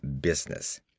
business